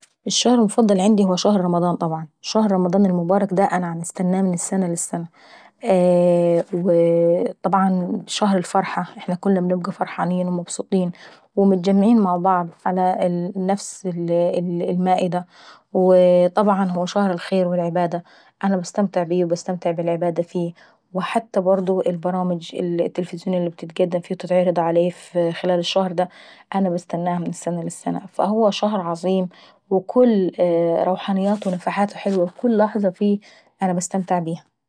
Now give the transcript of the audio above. الشهر المفضل عيندي هو شهر رمضان طبعا. شهر رمضان المبارك دا انا بستناه من السنة للسنة.. طبعا شهر الفرحة كلنا بنبقوا فرحانين ومبسوطين ومتجمعين مع بعض على ال نفس ال المائدة ، وطبعا هو شهر الخير والعبادة، انا باستمتع فيه وباستمتع بالعبادة فيه، وحتى برضه البرامج اللي بتتقدم وبتتعرض فيه انا بستناها من السنة للسنة. فو شهر عظيم وكل روحانياته ونفحاته حلوة وكل لحظة فيه انا باستمتع فيها.